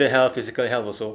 mental health physical health also